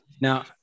Now